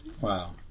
Wow